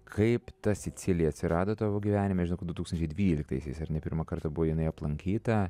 kaip ta sicilija atsirado tavo gyvenime žinau kad du tūkstančiai dvyliktaisiais ar ne pirmą kartą buvo jinai aplankyta